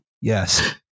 Yes